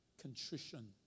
contrition